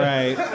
Right